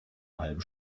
halbe